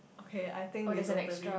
okay I think we totally